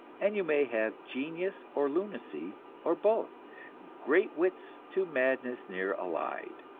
and you may have genius or lunacy or both great wits to madness near allied.